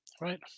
right